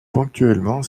ponctuellement